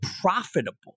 profitable